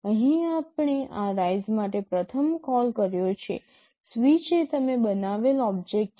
અહીં આપણે આ રાઇઝ માટે પ્રથમ કોલ કર્યો છે સ્વિચ એ તમે બનાવેલ ઓબ્જેક્ટ છે